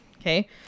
Okay